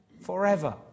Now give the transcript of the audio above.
forever